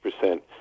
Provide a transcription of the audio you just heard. percent